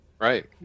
right